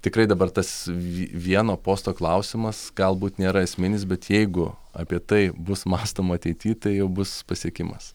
tikrai dabar tas vie vieno posto klausimas galbūt nėra esminis bet jeigu apie tai bus mąstoma ateity tai jau bus pasiekimas